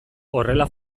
horrela